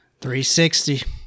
360